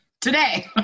today